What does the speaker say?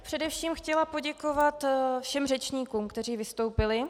Především bych chtěla poděkovat všem řečníkům, kteří vystoupili.